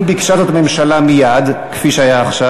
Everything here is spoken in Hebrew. אם ביקשה זאת הממשלה מייד" כפי שהיה עכשיו,